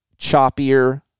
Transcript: choppier